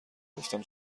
گفتم